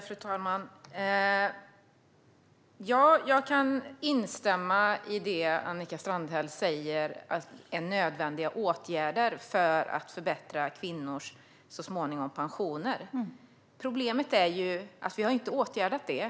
Fru talman! Jag kan instämma i det Annika Strandhäll säger om vad som är nödvändiga åtgärder för att förbättra kvinnors, så småningom, pensioner. Problemet är att vi inte har åtgärdat detta.